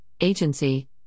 agency